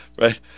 Right